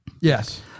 Yes